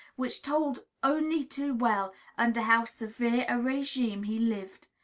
which told only too well under how severe a regime he lived.